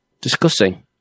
discussing